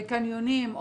קניונים,